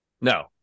no